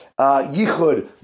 Yichud